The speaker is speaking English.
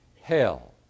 hell